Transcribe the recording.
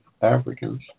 Africans